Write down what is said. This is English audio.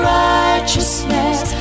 righteousness